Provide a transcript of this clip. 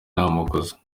amakosa